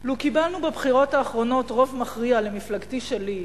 "לו קיבלנו בבחירות האחרונות רוב מכריע למפלגתי שלי,